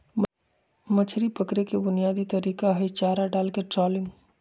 मछरी पकड़े के बुनयादी तरीका हई चारा डालके ट्रॉलिंग